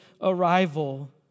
arrival